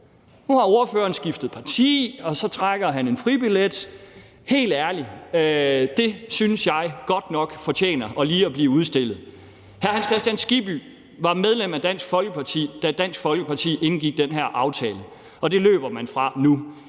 Nu har ordføreren skiftet parti, og så trækker han en fribillet. Helt ærligt synes jeg godt nok det fortjener lige at blive udstillet. Hr. Hans Kristian Skibby var medlem af Dansk Folkeparti, da Dansk Folkeparti indgik den her aftale, og det løber man fra nu.